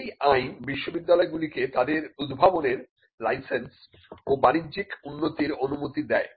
এই আইন বিশ্ববিদ্যালয়গুলিকে তাদের উদ্ভাবনের লাইসেন্স ও বাণিজ্যিক উন্নতির অনুমতি দেয়